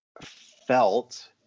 felt